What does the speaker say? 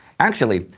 actually,